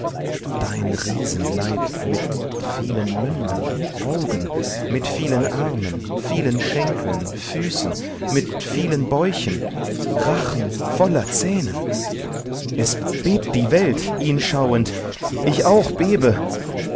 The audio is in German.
dein riesenleib mit vielen mündern augen mit vielen armen vielen schenkeln füßen mit vielen bäuchen rachen voller zähnen es bebt die welt ihn schauend ich auch bebe